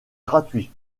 gratuits